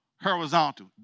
horizontal